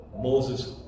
Moses